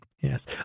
Yes